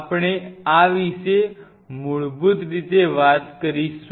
આપણે આ વિશે મૂળભૂત રીતે વાત કરીશું